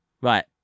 Right